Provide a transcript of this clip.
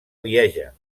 lieja